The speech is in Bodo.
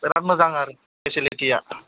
बिराद मोजां आरो फेसिलिथिया